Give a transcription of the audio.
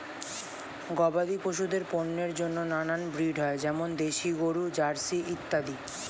গবাদি পশুদের পণ্যের জন্য নানান ব্রিড হয়, যেমন দেশি গরু, জার্সি ইত্যাদি